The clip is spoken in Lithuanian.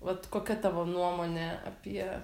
vat kokia tavo nuomonė apie